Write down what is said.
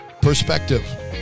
perspective